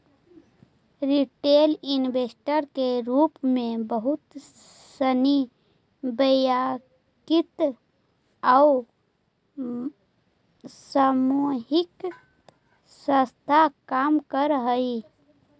retail investor के रूप में बहुत सनी वैयक्तिक आउ सामूहिक संस्था काम करऽ हइ